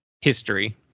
history